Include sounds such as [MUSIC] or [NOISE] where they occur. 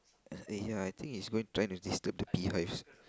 ah ah ya I think he's going trying to disturb the beehives [NOISE]